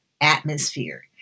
atmosphere